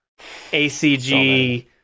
ACG